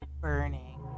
burning